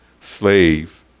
Slave